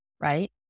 right